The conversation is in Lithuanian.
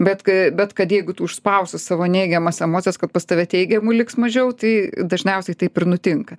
bet k bet kad jeigu tu užspausi savo neigiamas emocijas kad pas tave teigiamų liks mažiau tai dažniausiai taip ir nutinka